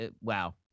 wow